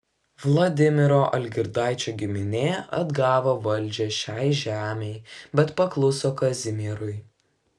vladimiro algirdaičio giminė atgavo valdžią šiai žemei bet pakluso kazimierui